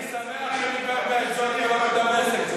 אני שמח שאני באשדוד ולא בדמשק.